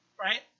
Right